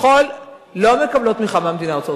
הוצאות ספרים לא מקבלות תמיכה מהמדינה.